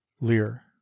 Lear